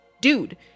dude